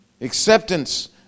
acceptance